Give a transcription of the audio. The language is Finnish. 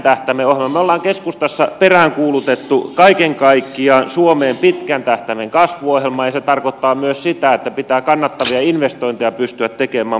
me olemme keskustassa peräänkuuluttaneet kaiken kaikkiaan suomeen pitkän tähtäimen kasvuohjelmaa ja se tarkoittaa myös sitä että pitää kannattavia investointeja pystyä tekemään maatalouspuolella